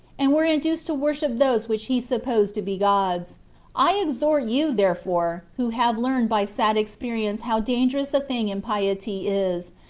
and were induced to worship those which he supposed to be gods i exhort you, therefore, who have learned by sad experience how dangerous a thing impiety is,